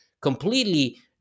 completely